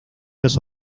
los